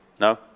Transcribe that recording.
No